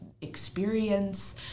experience